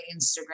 Instagram